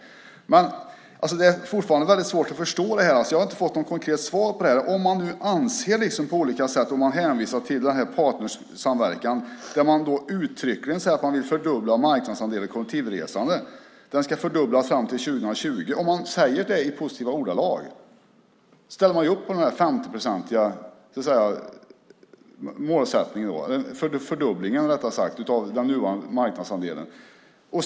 Men det är fortfarande väldigt svårt att förstå det här. Jag har inte fått något konkret svar. Man hänvisar till den här partnersamverkan där man uttryckligen säger att man vill fördubbla marknadsandelen när det gäller kollektivtrafikresande. Den ska fördubblas fram till 2020. Om man nämner det i positiva ordalag ställer man ju upp på den här fördubblingen av den nuvarande marknadsandelen.